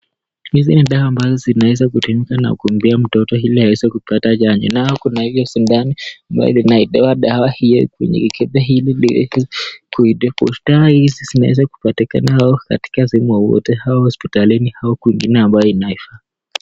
Hizi ni dawa ambazo zinaweza kutumika na kumpatia mtoto ili aweze kupata chanjo. Nayo kuna hiyo sindano ambayo inaitoa dawa kwenye kidude hicho ili aweze kudungwa. Dawa hizi zinaweza kupatikana katika sehemu yoyote, au hospitalini, au kwingine ambako inafaa.